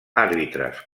àrbitres